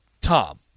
Tom